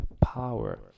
power